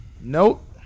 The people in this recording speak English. Nope